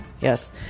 Yes